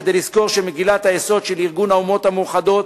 כדי לזכור שמגילת היסוד של ארגון האומות המאוחדות,